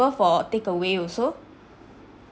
~ble for takeaway also